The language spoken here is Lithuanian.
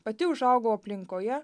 pati užaugau aplinkoje